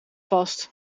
vast